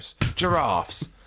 giraffes